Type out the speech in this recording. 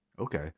Okay